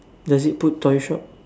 does it put toy shop